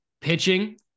Pitching